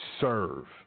serve